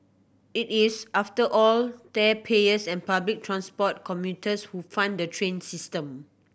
it is after all taxpayers and public transport commuters who fund the train system